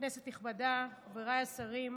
כנסת נכבדה, חבריי השרים,